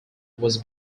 was